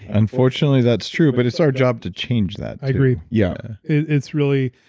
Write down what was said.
unfortunately that's true. but it's our job to change that. i agree. yeah. it's really.